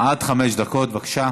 עד חמש דקות, בבקשה.